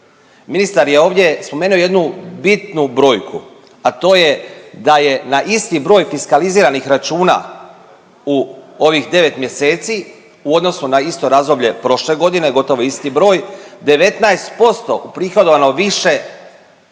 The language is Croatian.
Ministar je ovdje spomenuo jednu bitnu brojku, a to je da je na isti broj fiskaliziranih računa u ovih 9 mjeseci u odnosu na isto razdoblje prošle godine gotovo isti broj, 19% uprihodovano više